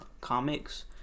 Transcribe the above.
comics